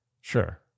Sure